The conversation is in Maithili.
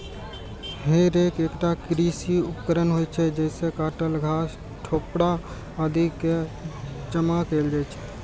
हे रैक एकटा कृषि उपकरण होइ छै, जइसे काटल घास, ठोकरा आदि कें जमा कैल जाइ छै